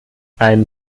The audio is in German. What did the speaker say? ein